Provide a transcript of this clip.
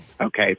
Okay